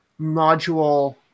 module